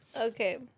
Okay